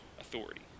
authority